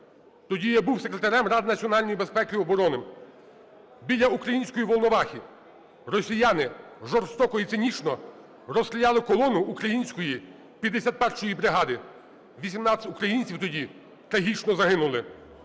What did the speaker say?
тоді я був секретарем Ради національної безпеки і оборони, біля української Волновахи росіяни жорстоко і цинічно розстріляли колону української 51 бригади. 18 українців тоді трагічно загинули.